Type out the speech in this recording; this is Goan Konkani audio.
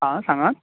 आं सांगांत